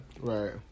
Right